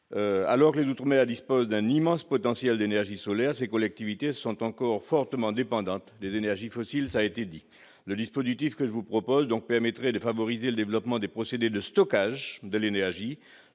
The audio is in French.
Alors qu'elles disposent d'un immense potentiel d'énergie solaire, ces collectivités sont encore fortement dépendantes des énergies fossiles. Le dispositif que je vous propose permettrait de favoriser le développement des procédés de stockage de cette énergie,